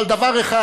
אבל דבר אחד,